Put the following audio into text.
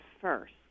first